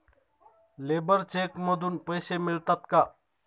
Labour cheque मधून पैसे मिळतात का?